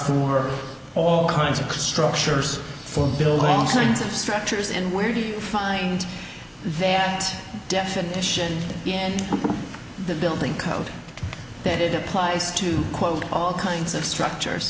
are all kinds of structures for building incentive structures and where do you find that definition and the building codes that it applies to quote all kinds of structures